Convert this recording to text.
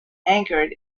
anchored